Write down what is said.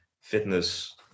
fitness